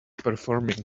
performing